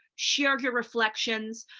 share your reflections.